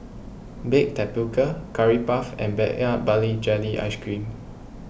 Baked Tapioca Curry Puff and Peanut Butter Jelly iIce Cream